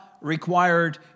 required